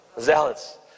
Zealots